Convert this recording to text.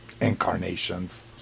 incarnations